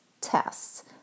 tests